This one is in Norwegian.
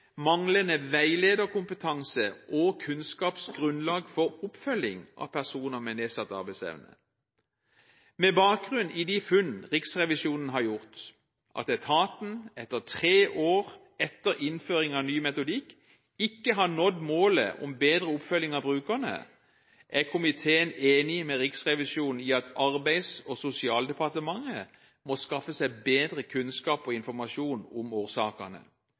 manglende veilederkompetanse og kunnskapsgrunnlag for oppfølging av personer med nedsatt arbeidsevne. Med bakgrunn i de funn Riksrevisjonen har gjort, at etaten tre år etter innføring av ny metodikk ikke har nådd målet om bedre oppfølging av brukerne, er komiteen enig med Riksrevisjonen i at Arbeids- og sosialdepartementet må skaffe seg bedre kunnskap og informasjon om årsakene: